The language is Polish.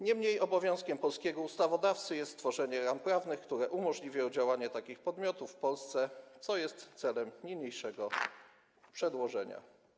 Niemniej obowiązkiem polskiego ustawodawcy jest stworzenie ram prawnych, które umożliwią działanie takich podmiotów w Polsce, co jest celem niniejszego przedłożenia.